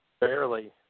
Barely